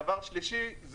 דבר שלישי,